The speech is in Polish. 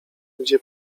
gdzie